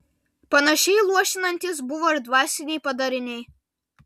panašiai luošinantys buvo ir dvasiniai padariniai